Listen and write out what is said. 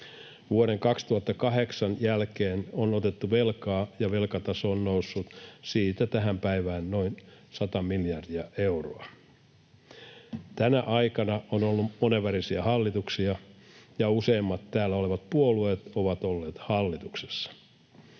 Vuoden 2008 jälkeen on otettu velkaa, ja velkataso on noussut siitä tähän päivään noin sata miljardia euroa. Tänä aikana on ollut monenvärisiä hallituksia ja useimmat täällä olevat puolueet ovat olleet hallituksessa.